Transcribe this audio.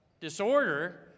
disorder